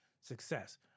success